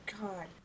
God